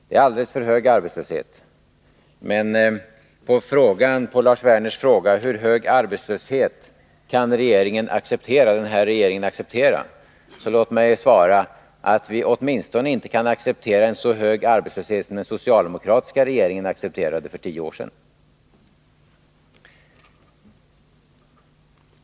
Det är en alldeles för hög arbetslöshet, men låt mig på Lars Werners fråga om hur hög arbetslöshet som den sittande regeringen kan acceptera svara, att vi åtminstone inte kan acceptera en så hög arbetslöshet som den socialdemokratiska regeringen accepterade för tio år sedan.